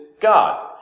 God